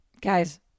Guys